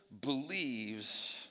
believes